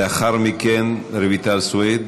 לאחר מכן, רויטל סויד,